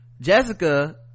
jessica